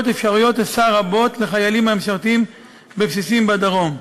אפשרויות היסע רבות לחיילים המשרתים בבסיסים בדרום: